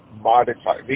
modify